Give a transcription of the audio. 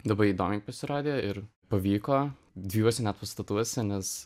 labai įdomiai pasirodė ir pavyko dviejuose pastatuose nes